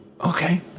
okay